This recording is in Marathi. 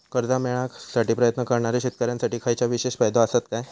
कर्जा मेळाकसाठी प्रयत्न करणारो शेतकऱ्यांसाठी खयच्या विशेष फायदो असात काय?